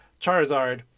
Charizard